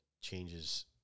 changes